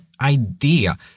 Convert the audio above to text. idea